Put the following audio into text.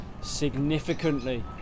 significantly